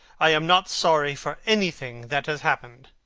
i am not sorry for anything that has happened.